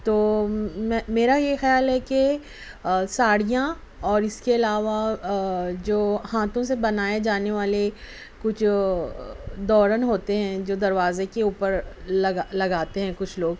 تو میں میرا یہ خیال ہے کہ ساڑھیاں اور اِس کے علاوہ جو ہاتھوں سے بنایے جانے والے کچھ دورن ہوتے ہیں جو دروازے کے اُوپر لگا لگاتے ہیں کچھ لوگ